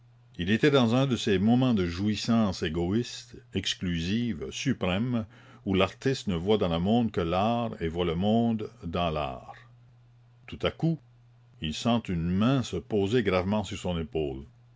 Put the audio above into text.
il était dans un de ces moments de jouissance égoïste exclusive suprême où l'artiste ne voit dans le monde que l'art et voit le monde dans l'art tout à coup il sent une main se poser gravement sur son épaule